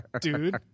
dude